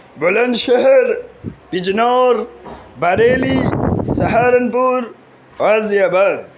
بلند شہر بجنور بریلی سہارنپور غازی آباد